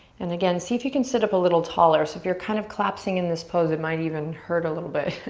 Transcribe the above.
and again, see if you can sit up a little taller so if you're kind of collapsing in this pose, it might even hurt a little bit.